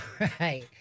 right